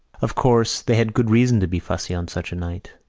of course, they had good reason to be fussy on such a night.